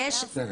אסור,